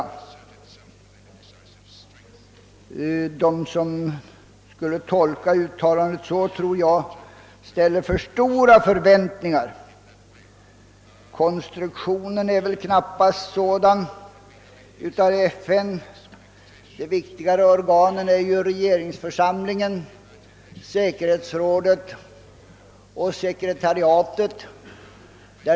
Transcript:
Jag tror att de som tolkar uttalandet så ställer för stora förväntningar. Konstruktionen av FN är väl knappast sådan. Förenta Nationernas viktigare organ är ju regeringsförsamlingen, säkerhetsrådet och sekretariatet.